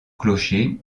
clocher